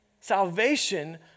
Salvation